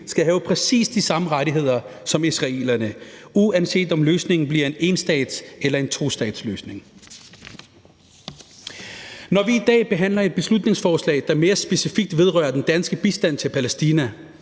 skal have præcis de samme rettigheder som israelerne, uanset om løsningen bliver en enstats- eller en tostatsløsning. Når vi i dag behandler et beslutningsforslag, der mere specifikt vedrører den danske bistand til Palæstina,